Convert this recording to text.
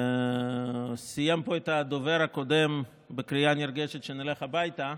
סיים פה הדובר הקודם בקריאה נרגשת שנלך הביתה,